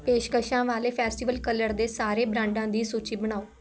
ਪੇਸ਼ਕਸ਼ਾਂ ਵਾਲੇ festival colour ਦੇ ਸਾਰੇ ਬ੍ਰਾਂਡਾਂ ਦੀ ਸੂਚੀ ਬਣਾਓ